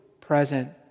present